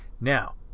now